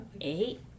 Eight